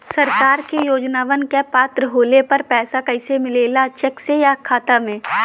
सरकार के योजनावन क पात्र होले पर पैसा कइसे मिले ला चेक से या खाता मे?